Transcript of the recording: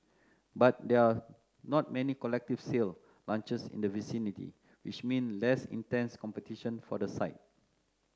but there are not many collective sale launches in the vicinity which means less intense competition for the site